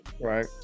Right